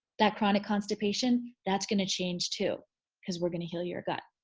that chronic constipation, that's gonna change too cause we're gonna heal your gut.